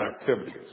activities